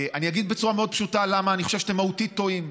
אני אגיד בצורה מאוד פשוטה למה אני חושב שאתם מהותית טועים.